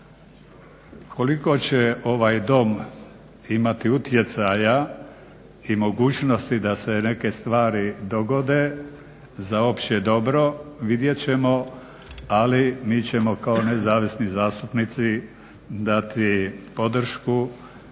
Koliko će ovaj Dom imati utjecaja i mogućnosti da se neke stvari dogode za opće dobro vidjet ćemo, ali mi ćemo kao nezavisni zastupnici dati podršku